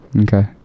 Okay